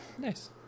Nice